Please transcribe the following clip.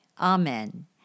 Amen